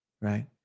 right